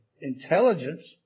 intelligence